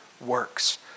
works